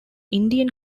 indian